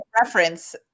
reference